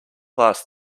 last